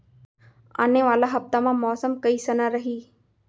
आने वाला हफ्ता मा मौसम कइसना रही?